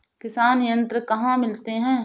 किसान यंत्र कहाँ मिलते हैं?